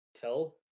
tell